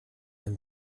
dann